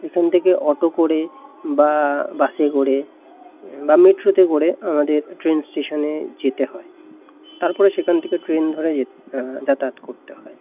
এখান থেকে অটো করে বা বাসে করে বা মেট্রোতে করে আমাদের ট্রেন স্টেশনে যেতে হয় তারপরে সেখান থেকে ট্রেন ধরে যেত যাতায়াত করতে হয়